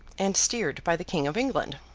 and steered by the king of england.